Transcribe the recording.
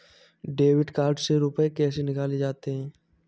Debit card से रुपये कैसे निकाले जाते हैं?